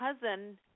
cousin